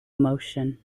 emotion